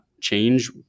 change